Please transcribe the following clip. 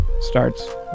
starts